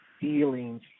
feelings